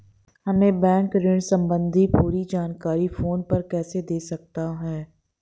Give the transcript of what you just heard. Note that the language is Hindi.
हमें बैंक ऋण संबंधी पूरी जानकारी फोन पर कैसे दे सकता है?